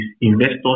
investors